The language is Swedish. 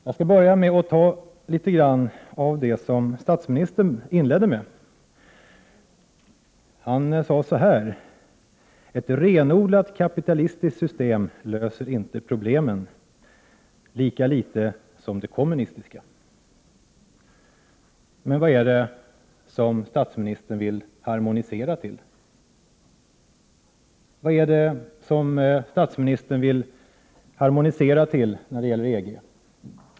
Jag skall börja med att ta upp litet grand av det som statsministern inledde med. Han sade så här: Ett renodlat kapitalistiskt system löser inte problemen, lika litet som det kommunistiska. Men vad är det som statsministern vill harmonisera med när det gäller EG?